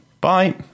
bye